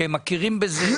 שמכירים בזה,